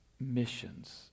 missions